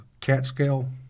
Catscale